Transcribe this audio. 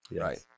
Right